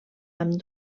amb